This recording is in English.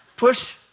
Push